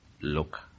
look